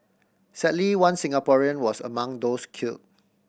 sadly one Singaporean was among those killed